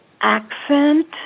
accent